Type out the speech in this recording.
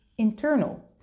internal